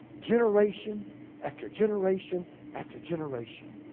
generation after generation after generation,